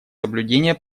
соблюдение